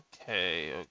okay